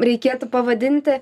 reikėtų pavadinti